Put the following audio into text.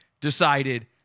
decided